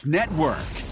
Network